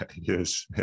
Yes